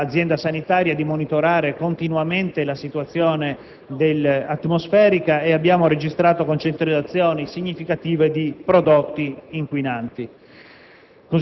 all'Azienda sanitaria di monitorare continuamente la situazione atmosferica ed abbiamo registrato concentrazioni significative di prodotti inquinanti.